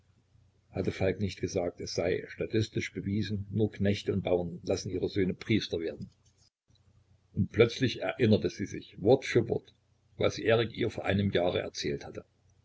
hatte falk nicht gesagt es sei statistisch bewiesen nur knechte und bauern lassen ihre söhne priester werden und plötzlich erinnerte sie sich wort für wort was erik ihr vor einem jahre erzählt hatte